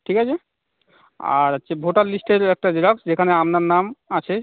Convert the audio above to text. ঠিক আছে আর হচ্ছে ভোটার লিস্টের একটা জেরক্স যেখানে আপনার নাম আছে